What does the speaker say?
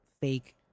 fake